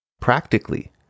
Practically